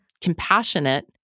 compassionate